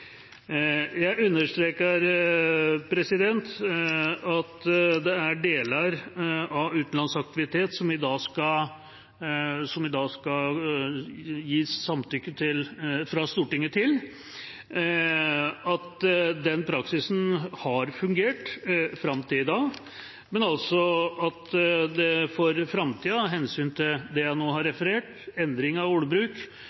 Jeg understreker at det er deler av utenlandsaktivitet som det i dag skal gis samtykke fra Stortinget til, og at den praksisen har fungert fram til i dag. Men av hensyn til det jeg nå har referert, endring av ordbruk og spørsmålet om dokumenterbarhet på Stortingets samtykke, ser jeg